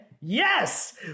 Yes